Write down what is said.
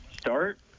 start